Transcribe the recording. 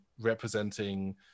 representing